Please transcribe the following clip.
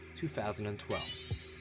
2012